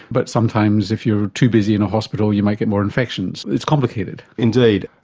but sometimes if you're too busy in a hospital you might get more infections. it's complicated. indeed.